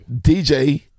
DJ